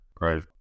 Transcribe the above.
Right